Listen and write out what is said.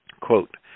Quote